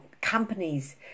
companies